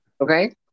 Okay